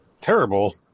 terrible